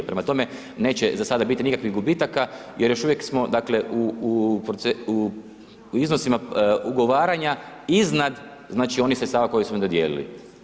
Prema tome, neće za sada biti nikakvih gubitaka jer još uvijek smo dakle u iznosima ugovaranja iznad znači onih sredstava koje ... dodijelili.